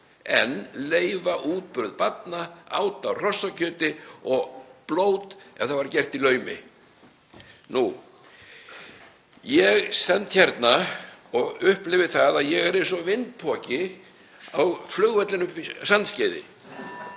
en leyfa útburð barna, át á hrossakjöti og blót ef það var gert í laumi. Ég stend hérna og upplifi það að ég er eins og vindpoki á flugvellinum uppi á Sandskeiði.